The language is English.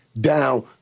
down